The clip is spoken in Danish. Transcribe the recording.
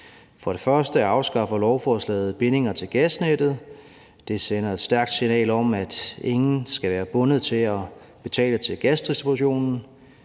For det første afskaffer lovforslaget bindinger til gasnettet. Det sender et stærkt signal om, at ingen skal være bundet til at betale til gasdistributionen.